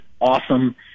awesome